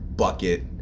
Bucket